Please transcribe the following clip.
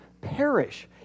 perish